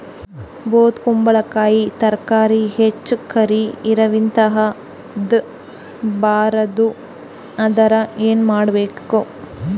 ಬೊದಕುಂಬಲಕಾಯಿ ತರಕಾರಿ ಹೆಚ್ಚ ಕರಿ ಇರವಿಹತ ಬಾರದು ಅಂದರ ಏನ ಮಾಡಬೇಕು?